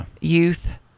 youth